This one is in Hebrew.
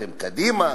אתם קדימה,